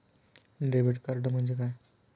Debit card म्हणजे काय?